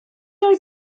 oedd